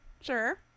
Sure